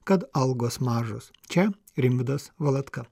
kad algos mažos čia rimvydas valatka